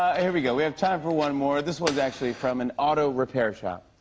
ah here we go. we have time for one more. this one's actually from an auto-repair shop,